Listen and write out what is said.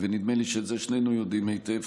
ונדמה לי שאת זה שנינו יודעים היטב,